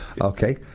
Okay